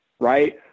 Right